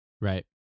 Right